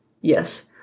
yes